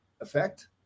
effect